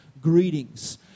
greetings